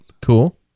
Cool